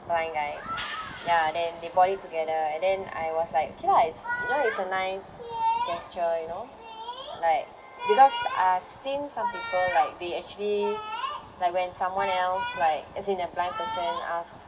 blind guy ya then they board it together and then I was like okay lah it's you know it's a nice gesture you know like because I've seen some people like they actually like when someone else like as in a blind person ask